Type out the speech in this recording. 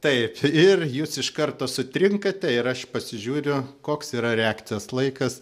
taip ir jūs iš karto sutrinkate ir aš pasižiūriu koks yra reakcijos laikas